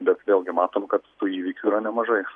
bet vėlgi matom kad tų įvykių yra nemažai